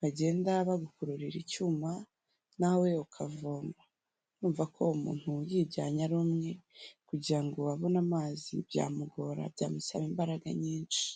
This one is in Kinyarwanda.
bagenda bagukururira icyuma nawe ukavoma, urumva ko umuntu yijyanye ari umwe kugira ngo abone amazi byamugora, byamusaba imbaraga nyinshi.